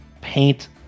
paint